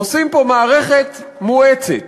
עושים פה מערכת מואצת